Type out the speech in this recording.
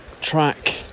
track